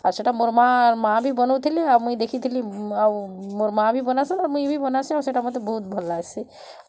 ଆରୁ ସେଟା ମୋର୍ ମା' ମା' ଭି ବନଉଥିଲେ ଆଉ ମୁଁ ଦେଖିଥିଲିଁ ଆଉ ମୋର୍ ମା' ଭି ବନାସନ୍ ଆଉ ମୁଇଁ ଭି ବନାସିଁ ଆଉ ସେଟା ମତେ ବହୁତ୍ ଭଲ୍ ଲାଗ୍ସି